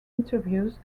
interviews